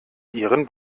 ihren